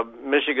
Michigan